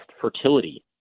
fertility